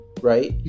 right